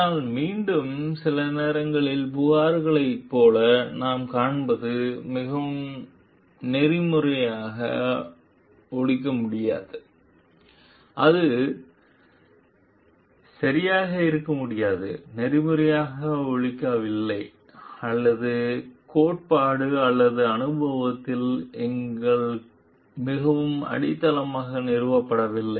ஆனால் மீண்டும் சில நேரங்களில் புகார்களைப் போல நாம் காண்பது மிகவும் நெறிமுறையாக ஒலிக்க முடியாது அது சரியாக இருக்க முடியாது நெறிமுறையாக ஒலிக்கவில்லை அல்லது கோட்பாடு அல்லது அனுபவத்தில் எங்கள் மிகவும் அடித்தளமாக நிறுவப்படவில்லை